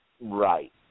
right